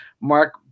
Mark